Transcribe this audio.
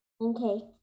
okay